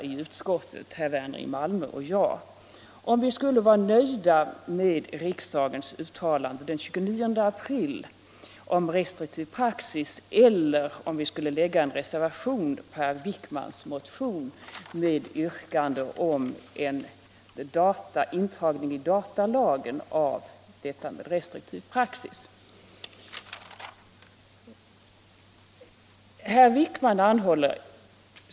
I utskottet var herr "Verner i Malmö och jag i beråd huruvida vi skulle vara nöjda med riksdagens uttalande den 29 april om en restriktiv praxis, eller om vi skulle avge en reservation byggd på herr Wijk mans motion med yrkande om intagande i datalagen av detta med restriktiv praxis.